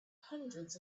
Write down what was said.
hundreds